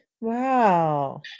Wow